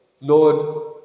Lord